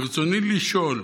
ברצוני לשאול: